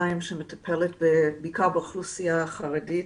בעיקר באוכלוסייה החרדית.